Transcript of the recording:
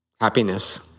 happiness